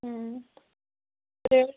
بیٚیہِ